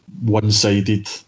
one-sided